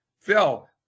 Phil